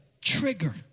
trigger